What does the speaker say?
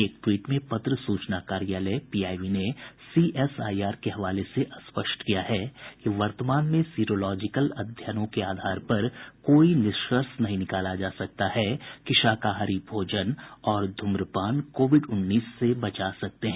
एक ट्वीट में पत्र सूचना कार्यालय पीआईबी ने सीएसआईआर के हवाले से स्पष्ट किया है कि वर्तमान में सीरोलॉजिकल अध्ययनों के आधार पर कोई निष्कर्ष नहीं निकाला जा सकता कि शाकाहारी भोजन और ध्रम्रपान कोविड उन्नीस से बचा सकते हैं